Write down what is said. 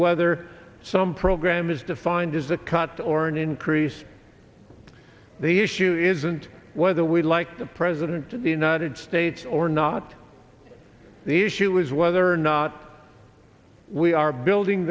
whether some program is defined as a cut or an increase the issue isn't whether we like the president of the united states or not the issue is whether or not we are building